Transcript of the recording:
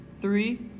Three